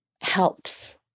helps